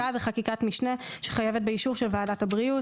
תקנות גם של חקיקה וחקיקת משנה שחייבת אישור של ועדת הבריאות.